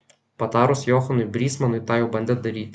patarus johanui brysmanui tą jau bandė daryti